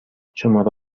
شماره